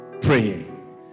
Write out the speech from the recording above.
praying